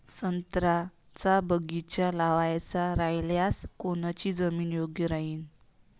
संत्र्याचा बगीचा लावायचा रायल्यास कोनची जमीन योग्य राहीन?